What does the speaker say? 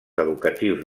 educatius